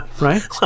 right